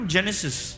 Genesis